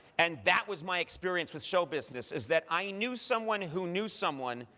and that was my experience with show business is that i knew someone, who knew someone,